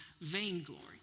vainglory